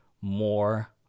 more